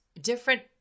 different